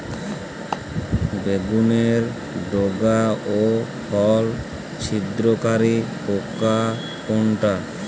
বেগুনের ডগা ও ফল ছিদ্রকারী পোকা কোনটা?